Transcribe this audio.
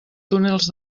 túnels